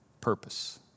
purpose